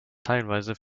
teilweise